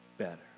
better